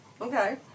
Okay